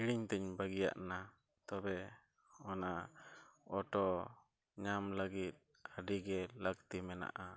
ᱦᱤᱲᱤᱧᱛᱮᱧ ᱵᱟᱹᱜᱤᱭᱟᱜᱱᱟ ᱛᱚᱵᱮ ᱚᱱᱟ ᱧᱟᱢ ᱞᱟᱹᱜᱤᱫ ᱟᱹᱰᱤᱜᱮ ᱞᱟᱹᱠᱛᱤ ᱢᱮᱢᱱᱟᱜᱼᱟ